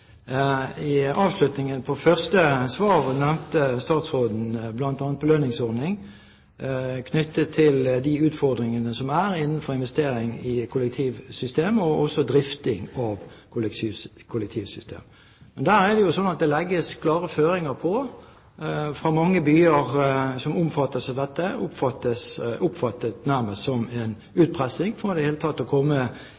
I avslutningen av sitt første svar nevnte statsråden bl.a. belønningsordning knyttet til utfordringene innenfor investering i kollektivsystemer og også drifting av kollektivsystemer. Men der er det jo slik at det legges klare føringer – av mange byer som omfattes av dette, oppfattes det nærmest som en